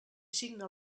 signa